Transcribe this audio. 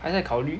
还在考虑